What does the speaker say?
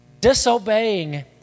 disobeying